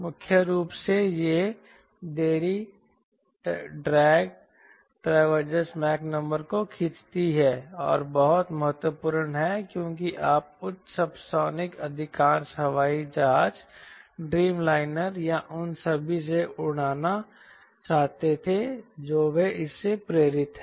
मुख्य रूप से यह देरी डायवर्जेंस मैक नंबर को खींचती है जो बहुत महत्वपूर्ण है क्योंकि आप उच्च सबसोनिक अधिकांश हवाई जहाज ड्रीमलाइनर या उन सभी से उड़ना चाहते थे जो वे इससे प्रेरित हैं